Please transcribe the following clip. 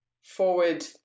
forward